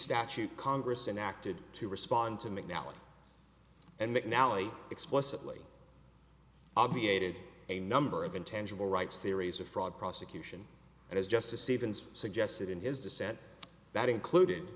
statute congress enacted to respond to mcnally and mcnally explicitly obviated a number of intangible rights theories of fraud prosecution and as justice even suggested in his dissent that included